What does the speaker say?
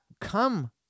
come